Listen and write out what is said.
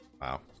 Wow